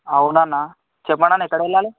అవును అన్న చెప్పండన్న ఎక్కడ వెళ్ళాలి